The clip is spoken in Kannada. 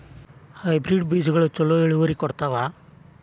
ಹೈಬ್ರಿಡ್ ಬೇಜಗೊಳು ಛಲೋ ಇಳುವರಿ ಕೊಡ್ತಾವ?